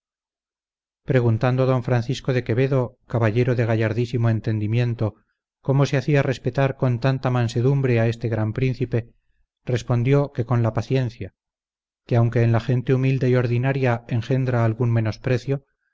preguntando d francisco de quevedo caballero de gallardísimo entendimiento cómo se hacía respetar con tanta mansedumbre a este gran príncipe respondió que con la paciencia que aunque en la gente humilde y ordinaria engendra algún menosprecio